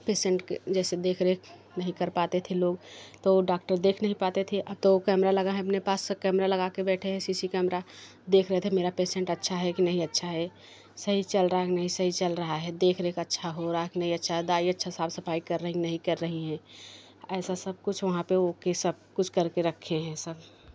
patient के जैसे देखरेख नहीं कर पाते थे लोग तो डॉक्टर देख नहीं पाते थे अब तो कैमरा लगा है अपने पास से कैमरा लगा कर बैठे हैं सीसी कैमरा देख रहे थे मेरा पेसेंट अच्छा है कि नहीं अच्छा है सही चल रहा है कि नहीं सही चल रहा है देखरेख अच्छा हो रहा है की नहीं अच्छा हो रहा दाई अच्छा साफ सफाई कर रहीं है कि नहीं कर रही हैं ऐसा सब कुछ वहाँ पर ओके सब कुछ करके रखे हैं सब